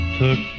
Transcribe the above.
took